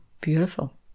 beautiful